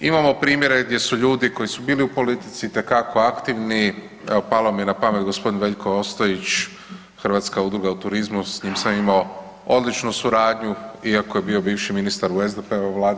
Imamo primjere gdje su ljudi koji su bili u politici itekako aktivno, evo palo mi je napamet gospodin Veljko Ostojić, Hrvatska udruga u turizmu, s njim sam imamo odličnu suradnju iako je bio bivši ministar u SDP-ovoj vladi.